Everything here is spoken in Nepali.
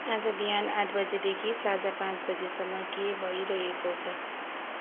आज बिहान आठ बजेदेखि साँझ पाँच बजेसम्म के भइरहेको छ